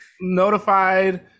Notified